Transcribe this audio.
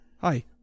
hi